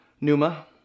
Numa